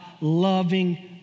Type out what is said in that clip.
loving